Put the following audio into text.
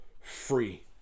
free